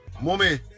Mommy